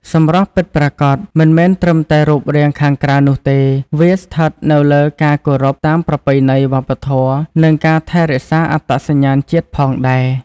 សម្រស់ពិតប្រាកដមិនមែនត្រឹមតែរូបរាងខាងក្រៅនោះទេ វាស្ថិតនៅលើការគោរពតាមប្រពៃណីវប្បធម៌និងការថែរក្សាអត្តសញ្ញាណជាតិផងដែរ។